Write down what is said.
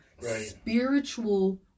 spiritual